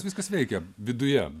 viskas veikia viduje